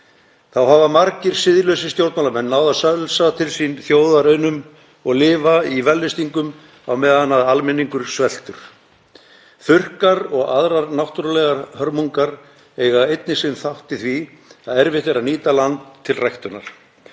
Þá hafa margir siðlausir stjórnmálamenn náð að sölsa til sín þjóðarauðnum og lifa í vellystingum á meðan almenningur er sveltur. Þurrkar og aðrar náttúrulegar hörmungar eiga einnig sinn þátt í því að erfitt er að nýta land til ræktunar.